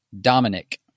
Dominic